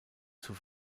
zur